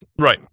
Right